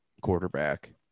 quarterback